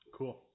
Cool